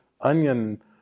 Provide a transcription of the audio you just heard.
onion